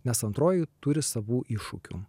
nes antroji turi savų iššūkių